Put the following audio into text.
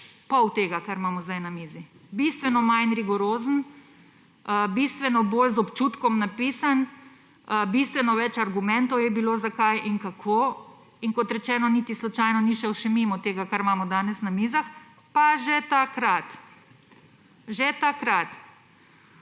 pol tega, kar imamo sedaj na mizi. Bistveno manj rigorozen, bistveno bolj napisan z občutkom, bistveno več argumentov je bilo zakaj in kako. Kot rečeno, niti slučajno še ni šel mimo tega, kar imamo danes na mizah. Pa že takrat